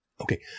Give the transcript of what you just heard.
okay